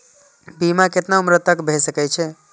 बीमा केतना उम्र तक के भे सके छै?